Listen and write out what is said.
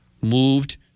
moved